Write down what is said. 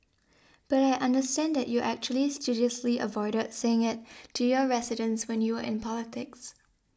but I understand that you actually studiously avoided saying it to your residents when you were in politics